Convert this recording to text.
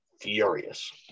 Furious